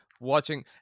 watching